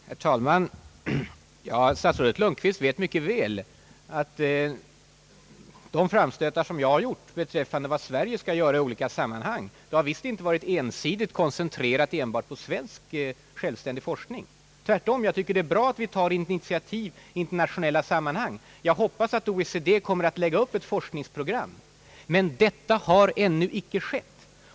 Herr talman! Statsrådet Lundkvist vet mycket väl att de framstötar, som jag har gjort beträffande Sveriges hållning till överljudsflyget, visst inte varit ensidigt koncentrerade till svensk självständig forskning. Jag tycker tvärtom att det är bra att vi tar initiativ i internationella sammanhang. Jag hoppas t.ex. att OECD kommer att lägga upp ett forskningsprogram, men detta har ännu ej skett.